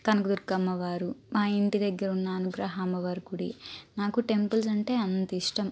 కనక దుర్గమ్మవారు మా ఇంటి దగ్గర ఉన్నా అనుగ్రహమ్మవారి గుడి నాకు టెంపుల్స్ అంటే అంత ఇష్టం